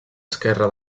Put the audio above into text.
esquerra